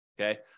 Okay